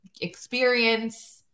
experience